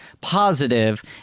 positive